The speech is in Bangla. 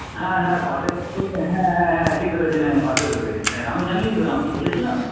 হ্যাঁ হ্যাঁ পাশের ঘরেই হ্যাঁ হ্যাঁ হ্যাঁ ঠিক ধরেছেন হ্যাঁ পাশের ঘরে হ্যাঁ আপনি জানলেন কী করে আমি কি বলেছিলাম